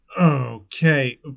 Okay